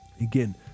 again